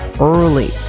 early